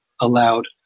allowed